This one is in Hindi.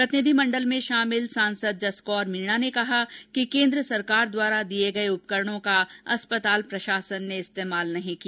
प्रतिनिधिमंडल में शामिल सांसद जसकौर मीणा ने कहा केन्द्र सरकार द्वारा दिये उपकरणों का अस्पताल प्रशासन ने इस्तेमाल नहीं किया